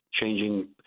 changing